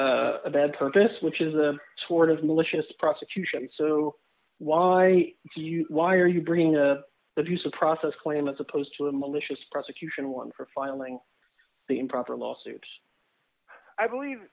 a bad purpose which is a sort of malicious prosecution so why do you why are you bringing let's use a process claim as opposed to a malicious prosecution one for filing the improper lawsuits i believe